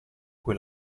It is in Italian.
cui